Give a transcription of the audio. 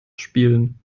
spielen